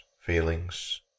feelings